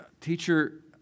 teacher